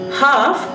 half